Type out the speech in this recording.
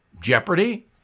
Jeopardy